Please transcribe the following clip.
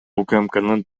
укмкнын